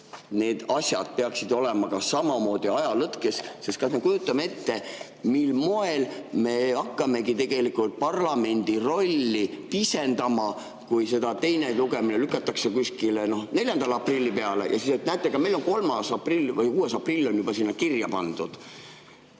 Need asjad peaksid olema samamoodi ajalõtkuga. Sest kas me kujutame ette, mil moel me hakkame tegelikult parlamendi rolli pisendama, kui see lugemine lükatakse kuskile 4. aprilli peale, aga siis on, et näete, meil on 6. aprill juba sinna kirja pandud.